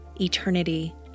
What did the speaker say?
eternity